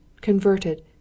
converted